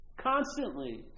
Constantly